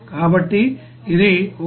కాబట్టి ఇది 1